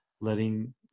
letting